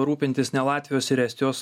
rūpintis ne latvijos ir estijos